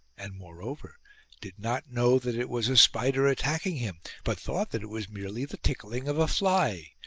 and moreover did not know that it was a spider attacking him, but thought that it was merely the tickling of a fly.